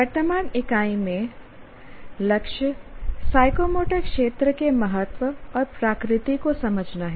वर्तमान इकाई में लक्ष्य साइकोमोटर क्षेत्र के महत्व और प्रकृति को समझना है